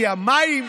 כי המים,